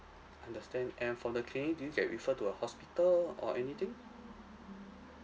understand and from the clinic did you get referred to a hospital or anything